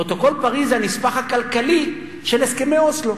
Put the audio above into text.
פרוטוקול פריס זה הנספח הכלכלי של הסכמי אוסלו.